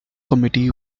committee